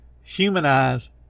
humanize